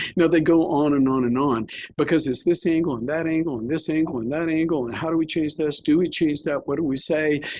no, they go on and on and on because it's this angle and that angle and this angle and that angle, and how do we change this? do we change that? what do we say?